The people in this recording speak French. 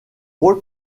rôle